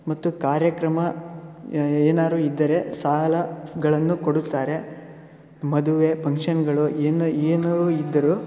ಮತ್ತು ಕಾರ್ಯಕ್ರಮ ಯ ಏನಾದ್ರು ಇದ್ದರೆ ಸಾಲಗಳನ್ನು ಕೊಡುತ್ತಾರೆ ಮದುವೆ ಪಂಕ್ಷನ್ಗಳು ಏನು ಏನಾರೂ ಇದ್ದರೂ